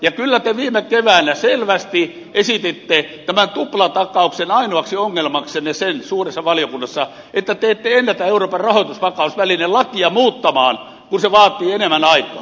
ja kyllä te viime keväänä selvästi esititte tämän tuplatakauksen ainoaksi ongelmaksenne suuressa valiokunnassa sen että te ette ennätä euroopan rahoitusvakausvälineen lakia muuttamaan kun se vaatii enemmän aikaa